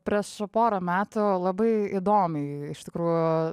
prieš porą metų labai įdomiai iš tikrųjų